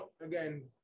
Again